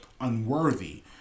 unworthy